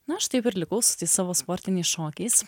na aš taip ir likau su tais savo sportiniais šokiais